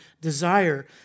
desire